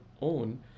own